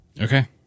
Okay